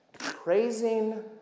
Praising